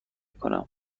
کنم